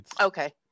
Okay